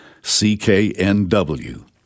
CKNW